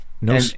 no